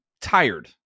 tired